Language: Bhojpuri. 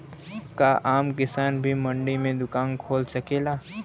का आम किसान भी मंडी में दुकान खोल सकेला?